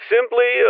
Simply